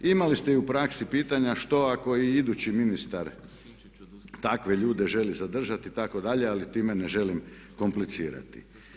Imali ste i u praksi pitanja, što ako i idući ministar takve ljude želi zadržati, itd. ali time ne želim komplicirati.